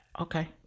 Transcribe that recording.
okay